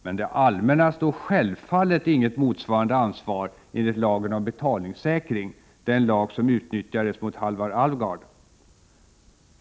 Men det allmänna står självfallet inget motsvarande ansvar enligt lagen om betalningssäkring, den lag som utnyttjades mot Halvar Alvgard.